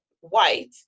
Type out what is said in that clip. white